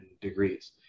degrees